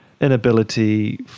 inability